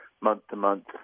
month-to-month